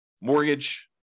mortgage